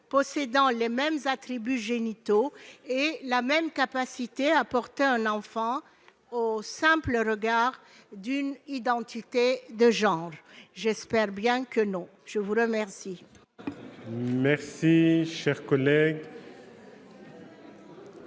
possédant les mêmes attributs génitaux et la même capacité à porter un enfant au simple regard d'une identité de genre ? J'espère bien que non. L'amendement n° 33 rectifié